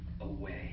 away